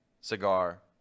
Cigar